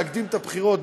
להקדים את הבחירות,